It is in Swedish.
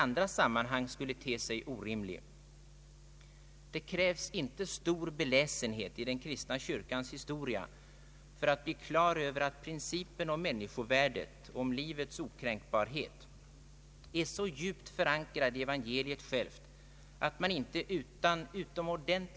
Nämndens socialsekreterare Anne-Marie Thunberg har i en uppmärksammad skrift påpekat att ordet ”välfärd” i debatten oftast användes som ett argument för en friare abortlagstiftning både vad gäller fostret och modern.